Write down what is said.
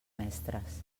mestres